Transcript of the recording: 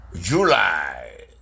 July